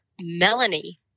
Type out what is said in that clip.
Melanie